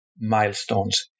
milestones